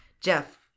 Jeff